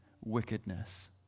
wickedness